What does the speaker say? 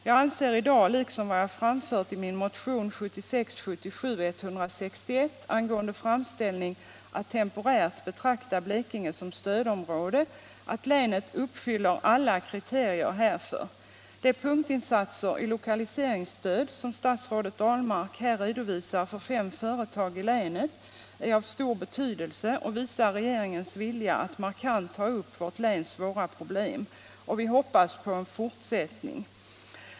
Jag anser i dag, liksom jag framfört i min motion 1976/77:161 om att temporärt betrakta Blekinge som stödområde, att länet uppfyller alla kriterier härför. De punktinsatser i lokaliseringsstöd som statsrådet Ahlmark här redovisar för fem företag i länet är av stor betydelse och visar regeringens vilja att markant ta upp vårt läns svåra problem. Vi hoppas på en fortsättning.